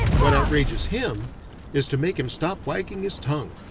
what outrages him is to make him stop wagging his tongue.